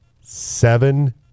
Seven